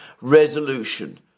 resolution